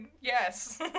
yes